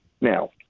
Now